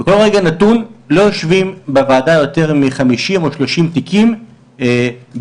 בכל רגע נתון לא יושבים בוועדה יותר מ-50 או 30 תיקים בהמתנה.